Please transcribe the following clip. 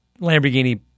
Lamborghini